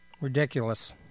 Ridiculous